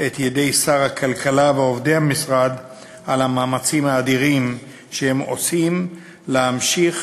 את ידי שר הכלכלה ועובדי המשרד על המאמצים האדירים שהם עושים כדי להמשיך